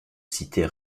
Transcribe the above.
citer